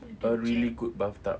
a really good bathtub